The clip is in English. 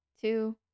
two